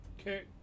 Okay